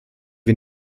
wir